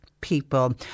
people